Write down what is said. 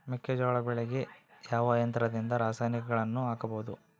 ಮೆಕ್ಕೆಜೋಳ ಬೆಳೆಗೆ ಯಾವ ಯಂತ್ರದಿಂದ ರಾಸಾಯನಿಕಗಳನ್ನು ಹಾಕಬಹುದು?